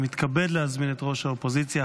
אני מתכבד להזמין את ראש האופוזיציה,